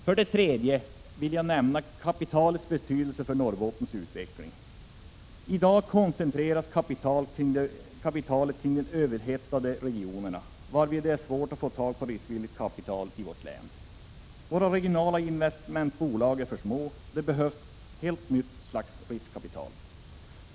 För det tredje vill jag nämna kapitalets betydelse för Norrbottens utveckling. I dag koncentreras kapitalet kring de överhettade regionerna, varvid det är svårt att få tag på riskvilligt kapital till vårt län. De regionala investmentbolagen i Norrbotten är för små. Det behövs ett nytt slags riskkapital.